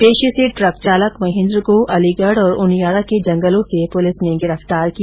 पेशे से ट्रक चालक महेन्द्र को अलीगढ़ और उनियारा के जंगलों से पुलिस ने गिरफ्तार किया